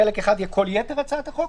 חלק אחד יהיה כל יתר הצעת החוק,